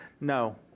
No